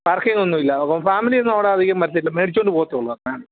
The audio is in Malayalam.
പാർക്കിങ് ഒന്നും ഇല്ല അപ്പം ഫാമിലി ഒന്നും അവിടെ അധികം വരത്തില്ല മേടിച്ചോണ്ട് പോകത്തേയുള്ളൂ അതാണ്